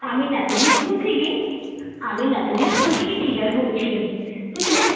আমি নেতাজি স্কুল থেকে আমি নেতাজি স্কুল থেকে টিচার বলছি বুঝলেন